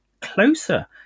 closer